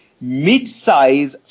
mid-size